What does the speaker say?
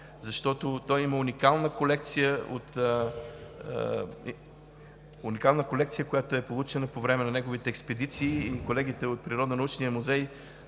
защото уникалната колекция, която е получена по време на неговите експедиции, колегите от Природонаучния музей